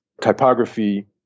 typography